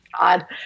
God